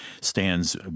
stands